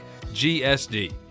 GSD